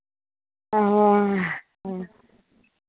आह